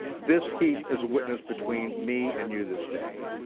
this heap is a witness between me and you this day.